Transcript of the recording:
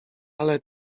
ale